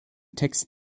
text